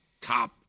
top